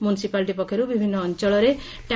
municipality ପକ୍ଷରୁ ବିଭିନ୍ ଅଞ୍ଞଳରେ ଟ୍